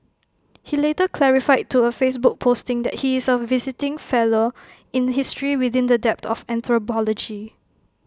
he later clarified to A Facebook posting that he is A visiting fellow in history within the dept of anthropology